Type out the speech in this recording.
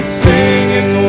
singing